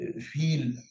feel